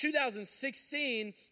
2016